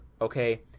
Okay